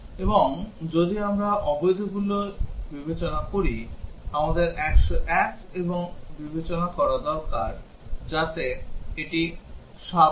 এবং যদি আমরা অবৈধগুলি বিবেচনা করি আমাদের 101 এবং 0 ও বিবেচনা করা দরকার যাতে এটি 7 হয়